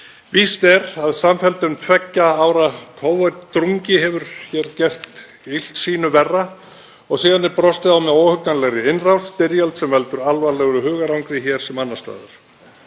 Víst er að samfelldur tveggja ára Covid-drungi hefur hér gert illt sýnu verra og síðan er brostið á með óhugnanlegri innrás, styrjöld sem veldur alvarlegu hugarangri hér sem annars staðar.